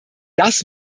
das